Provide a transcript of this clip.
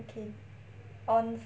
okay on